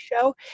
show